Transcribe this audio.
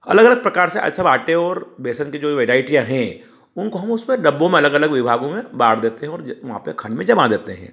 अलग अलग प्रकार से सब आटे और बेसन की जो वेराइटियाँ हैं उनको हम उस पर डब्बों में अलग अलग विभागों में बाँट देते हैं और ज वहाँ पर खान में जमा देते हैं